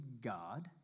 God